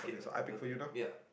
okay your turn yeah